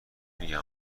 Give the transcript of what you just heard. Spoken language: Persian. میگم